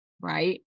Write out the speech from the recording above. Right